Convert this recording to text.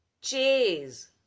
chase